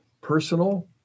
personal